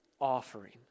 offering